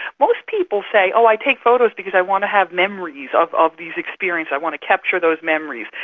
most people say, oh, i take photos because i want to have memories of ah these experiences, i want to capture those memories.